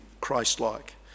Christ-like